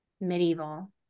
medieval